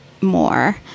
more